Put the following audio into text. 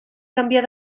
canviar